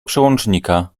przełącznika